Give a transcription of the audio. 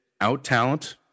out-talent